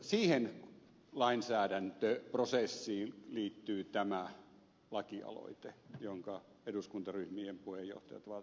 siihen lainsäädäntöprosessiin liittyy tämä lakialoite jonka eduskuntaryhmien puheenjohtajat ovat allekirjoittaneet